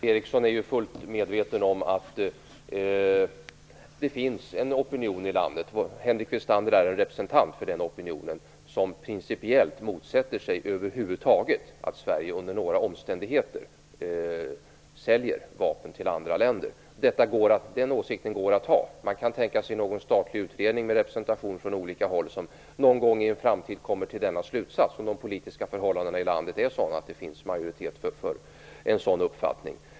Fru talman! Peter Eriksson är fullt medveten om att det finns en opinion i landet som principiellt motsätter sig att Sverige under några omständigheter över huvud taget säljer vapen till andra länder, och att Henrik Westander är representant för den opinionen. Det går att ha den åsikten. Man kan tänka sig att en statlig utredning med representation från olika håll kommer till denna slutsats någon gång i framtiden, om de politiska förhållandena i landet är sådana att det finns en majoritet för en sådan uppfattning.